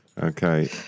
Okay